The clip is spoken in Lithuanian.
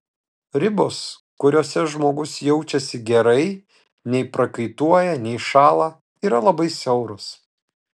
ribos kuriose žmogus jaučiasi gerai nei prakaituoja nei šąla yra labai siauros